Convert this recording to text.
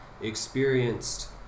experienced